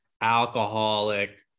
alcoholic